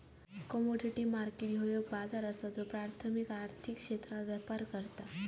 commodity market ह्यो एक बाजार असा ज्यो प्राथमिक आर्थिक क्षेत्रात व्यापार करता